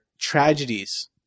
tragedies